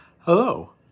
Hello